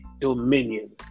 Dominion